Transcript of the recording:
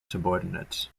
subordinates